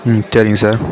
சரிங்க சார்